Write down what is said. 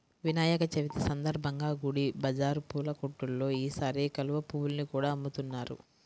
వినాయక చవితి సందర్భంగా గుడి బజారు పూల కొట్టుల్లో ఈసారి కలువ పువ్వుల్ని కూడా అమ్ముతున్నారు